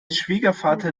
schwiegervater